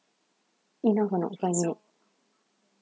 enough or not five minute